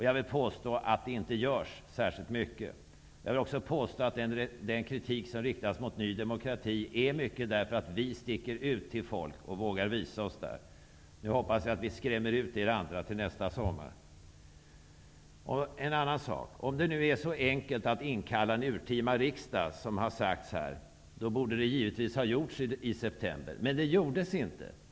Jag vill påstå att det inte görs särskilt ofta. Jag vill också påstå att den kritik som riktas mot Ny demokrati mycket grundar sig på att vi sticker ut till folk och vågar visa oss. Nu hoppas jag att vi skrämmer ut er andra till nästa sommar. Om det nu är så enkelt att inkalla en urtima riksdag som man har sagt här, borde det givetvis ha gjorts i september. Men det gjordes inte.